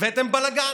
הבאתם בלגן.